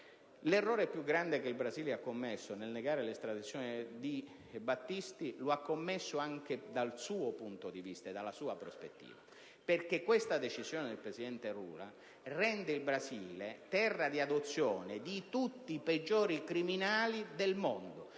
l'errore più grande che il Brasile ha commesso nel negare l'estradizione di Battisti, lo ha commesso anche dal suo punto di vista e dalla sua prospettiva. Questa decisione del presidente Lula rende il Brasile terra di adozione di tutti i peggiori criminali del mondo.